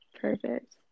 Perfect